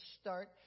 start